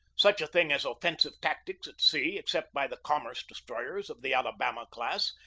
such a thing as offensive tactics at sea, except by the commerce-destroyers of the alabama class,